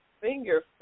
finger